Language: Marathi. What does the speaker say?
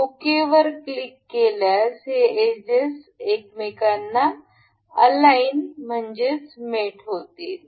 ओके वर क्लिक केल्यास हे एजेस एकमेकांना आलाइन म्हणजेच मेट होतील